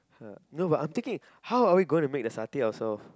!huh! no but I'm thinking how are we going to make the satay ourselves